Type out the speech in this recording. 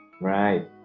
Right